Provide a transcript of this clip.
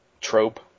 trope